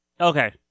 Okay